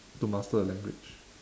to master a language